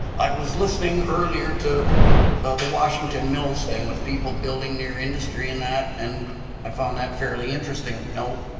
i was listening earlier to the washington mills thing, with people building near industry and that, and i found that fairly interesting. now,